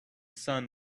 sun